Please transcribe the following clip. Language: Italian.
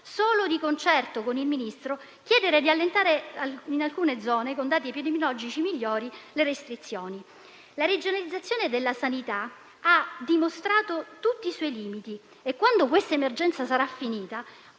solo di concerto con il Ministro, chiedere di allentare le restrizioni in alcune zone con dati epidemiologici migliori. La regionalizzazione della sanità ha dimostrato tutti i suoi limiti e, quando questa emergenza sarà finita,